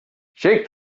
shake